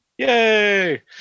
Yay